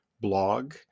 blog